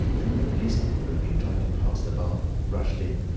then the policeman, who had been trying to pass the barman, rushed in,